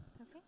Okay